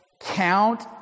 Count